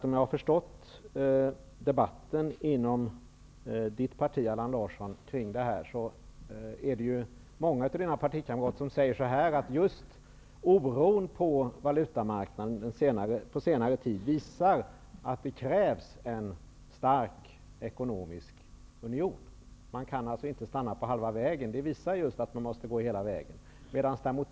Om jag har förstått debatten om detta i Allan Larssons parti är det många av dina partikamrater som säger att oron på valutamarknaden på senare tid visar att det krävs en stark ekonomisk union. Man kan alltså inte stanna på halva vägen. Detta visar just att man måste gå hela vägen.